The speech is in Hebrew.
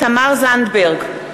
תמר זנדברג,